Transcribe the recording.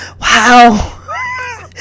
Wow